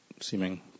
seeming